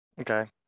Okay